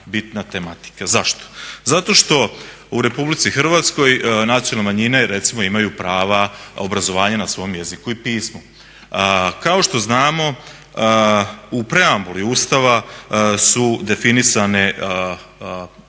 bitna tematika. Zašto? Zato što u RH nacionalne manjine recimo imaju prava obrazovanja na svom jeziku i pismu. Kao što znamo u preambuli Ustava su definisane